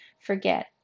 forget